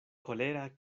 kolera